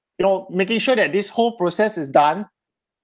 you know making sure that this whole process is done